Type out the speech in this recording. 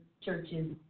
churches